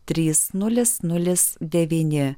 trys nulis nulis devyni